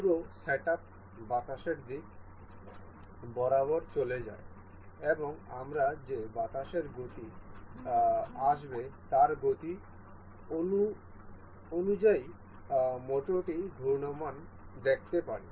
পুরো সেটআপটি বাতাসের দিক বরাবর চলে যায় এবং আমরা যে বাতাসের গতি আসবে তার গতি অনুযায়ী মোটরটি ঘূর্ণায়মান দেখতে পারি